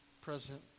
present